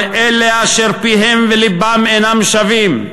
על אלה אשר פיהם ולבם אינם שווים.